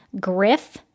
Griff